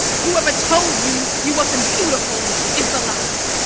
whoever told you you wasn't beautiful? it's a lie!